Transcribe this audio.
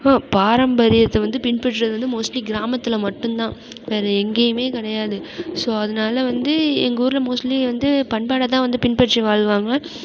பாரம்பரியத்தை வந்து பின்பற்றுவது வந்து மோஸ்ட்லி கிராமத்தில் மட்டுந்தான் வேறே எங்கேயுமே கிடையாது ஸோ அதனால வந்து எங்கூரில் மோஸ்ட்லி வந்து பண்பாடைதான் வந்து பின்பற்றி வாழ்வாங்க